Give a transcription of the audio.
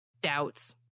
doubts